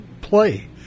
play